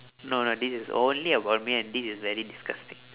no no this is only about me and this is very disgusting